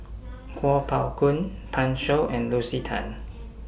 Kuo Pao Kun Pan Shou and Lucy Tan